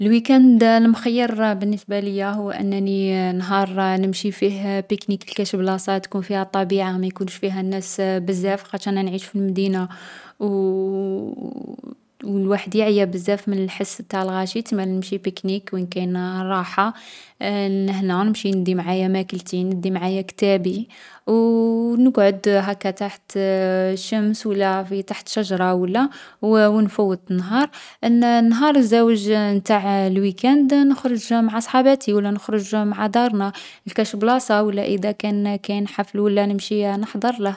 الويكاند المخيّر بالنسبة ليا هو أنني نهار نمشي فيه بيكنيك لكاش بلاصة يكون فيها الطبيعة ما يكونش فيها الناس بزاف، لاخاطش أنا نعيش في المدينة و و الواحد يعيا بزاف من الحس تاع الغاشي، تسما نمشي بيكنيك وين كاين الراحة، الهنا. نمشي ندي معايا ماكلتي، ندي معايا كتابي، و نقعد هكا تحت الشمس و لا تحت شجرة و لا، و و نـ نفوت النهار. النـ النهار الزاوج نتاع الويكاند، نخرج مع صحاباتي و لا نخرج مع دارنا لكاش بلاصة و لا إذا كان كاين حفل و لا نمشي نحضر له.